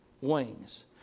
wings